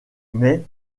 mais